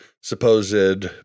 supposed